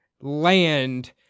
land